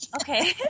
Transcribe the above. Okay